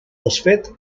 desfet